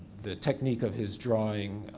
the technique of his drawing,